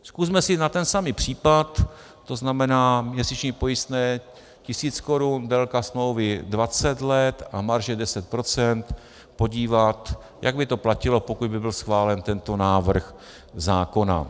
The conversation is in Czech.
Zkusme si na ten samý případ, to znamená, měsíční pojistné 1 000 korun, délka smlouvy 20 let a marže 10 %, podívat, jak by to platilo, pokud by byl schválen tento návrh zákona.